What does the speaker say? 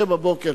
קשה להם בבוקר.